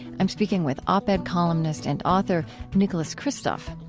i'm speaking with op-ed columnist and author nicholas kristof.